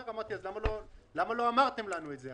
שאלתי: למה לא אמרתם לנו את זה?